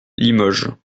limoges